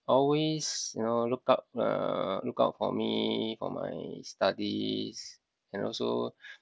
always you know look up uh look out for me for my studies and also